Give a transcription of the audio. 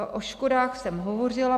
O škodách jsem hovořila.